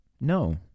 No